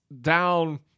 down